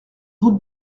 route